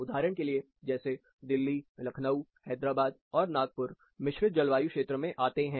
उदाहरण के लिए जैसे दिल्ली लखनऊ हैदराबाद और नागपुर मिश्रित जलवायु क्षेत्र में आते हैं